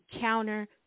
counter